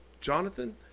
Jonathan